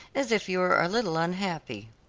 as if you were a little unhappy.